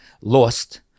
lost